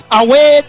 away